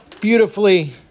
beautifully